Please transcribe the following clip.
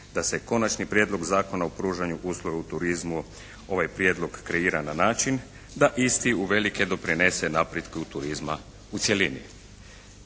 da se Konačni prijedlog zakona o pružanju usluga u turizmu ovaj prijedlog kreira na način da isti uvelike doprinese napretku turizma u cjelini.